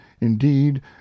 Indeed